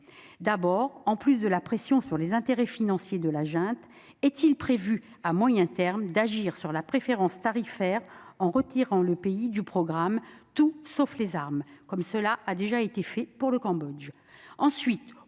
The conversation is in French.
D'abord, en plus de la pression sur les intérêts financiers de la junte, est-il prévu à moyen terme d'agir sur la préférence tarifaire en retirant le pays du programme « Tout sauf les armes », comme cela a été fait pour le Cambodge ?